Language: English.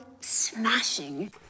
smashing